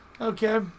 Okay